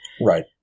Right